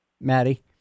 Maddie